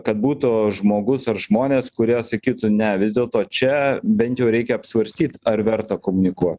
kad būtų žmogus ar žmonės kurie sakytų ne vis dėlto čia bent jau reikia apsvarstyt ar verta komunikuot